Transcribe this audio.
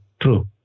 true